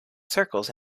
circles